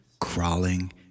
crawling